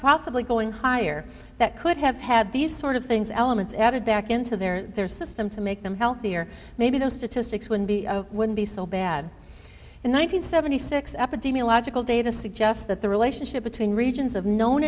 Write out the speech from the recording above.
possibly going higher that could have had these sort of things elements added back into their system to make them healthier maybe those statistics would be wouldn't be so bad in one nine hundred seventy six epidemiological data suggest that the relationship between regions of known